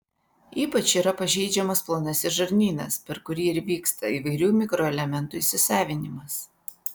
ypač yra pažeidžiamas plonasis žarnynas per kurį ir vyksta įvairių mikroelementų įsisavinimas